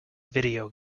video